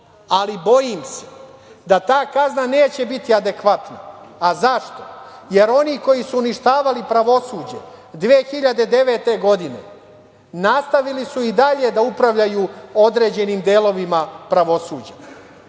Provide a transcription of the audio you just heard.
ali bojim se da ta kazna neće biti adekvatna. Zašto? Jer oni koji su uništavali pravosuđe 2009. godine nastavili su i dalje da upravljaju određenim delovima pravosuđa. Da